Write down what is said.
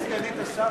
גברתי סגנית השר,